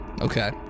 Okay